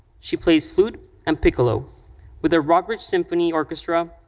she plays flute and piccolo with the rockbridge symphony orchestra,